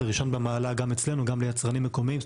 זה ראשון במעלה גם אצלנו, גם ליצרנים מקומיים.